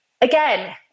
again